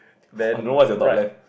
I don't know what is your top left